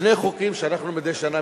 שני חוקים שאנחנו מביאים מדי שנה,